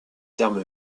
terme